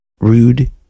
rude